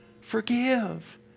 Forgive